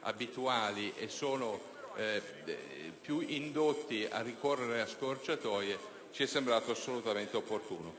abituali e sono maggiormente indotti a ricorrere a scorciatoie, ci è sembrata assolutamente opportuna.